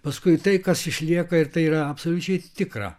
paskui tai kas išlieka ir tai yra absoliučiai tikra